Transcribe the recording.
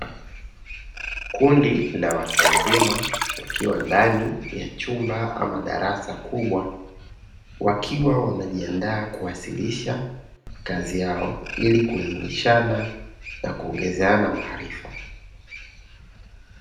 Kundi la watu wazima wakiwa ndani ya chumba ama darasa kubwa, wakiwa wanajiandaa kuwasilisha kazi yao, ili kuelimishana na kuongezeana maarifa.